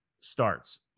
starts